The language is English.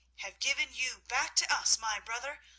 have given you back to us, my brother,